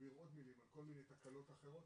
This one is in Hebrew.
להכביר עוד מילים על כל מיני תקלות אחרות,